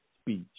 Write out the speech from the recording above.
speech